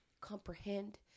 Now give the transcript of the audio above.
comprehend